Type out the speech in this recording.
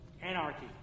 Anarchy